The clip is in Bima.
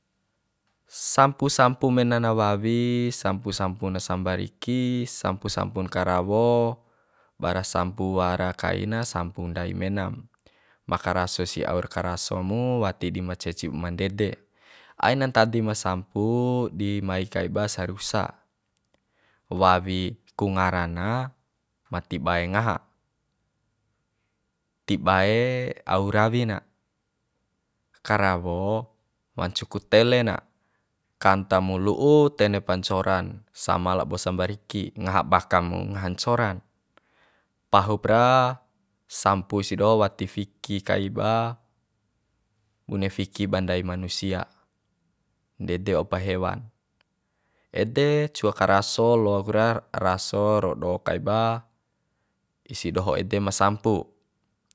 Sampu sampu mena na wawi sampu sampu na sambariki sampu sampun karawo wara sampu wara kai na sampu ndai menam ma karaso si aur karaso mu wati di ma cecim ma ndede aina ntadi ma sampu di mai ka ba sarusa wawi ku ngara na wati bae ngaha ti bae au rawi na karawo wancu ku tele na kanta mu lu'u ntene pa ncora na sama labo sambariki ngaha baka mu ngaha ncoran pahupra sampu sia doho wati fiki kaiba bune fiki ba ndai ba manusia ndede waupa hewan ede cua karaso loaku ra raso ro do'o kaiba isi doho ede ma sampu